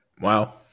Wow